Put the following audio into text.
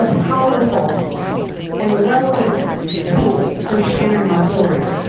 powerful and relevant tool for sharing our story.